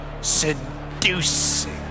seducing